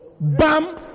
Bam